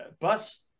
bus